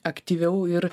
aktyviau ir